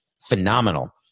phenomenal